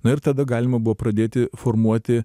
na ir tada galima buvo pradėti formuoti